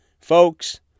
Folks